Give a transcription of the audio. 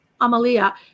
Amalia